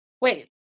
Wait